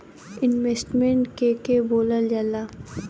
Investment के के बोलल जा ला?